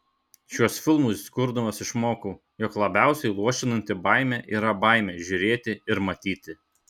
šiuos filmus kurdamas išmokau jog labiausiai luošinanti baimė yra baimė žiūrėti ir matyti